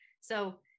So-